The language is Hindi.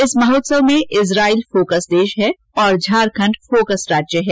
इस महोत्सव में इज़राइल फोकस देश है और झारखंड फोकस राज्य है